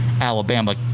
Alabama